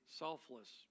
selfless